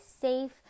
safe